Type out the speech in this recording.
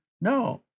No